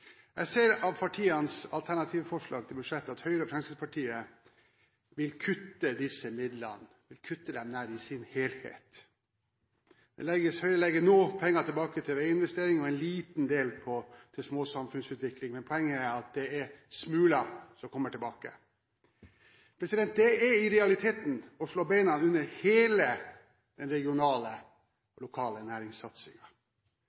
Jeg ser av partienes alternative forslag til budsjett at Høyre og Fremskrittspartiet vil kutte disse midlene nesten i sin helhet. Høyre legger noe penger tilbake til veiinvesteringer og en liten del til utvikling av små samfunn, men poenget er at det er smuler som kommer tilbake. Det er i realiteten å slå beina under hele den regionale